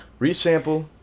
Resample